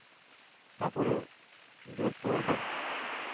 ᱛᱟᱨᱯᱚᱨᱮ ᱫᱟᱹᱲ ᱯᱚᱨ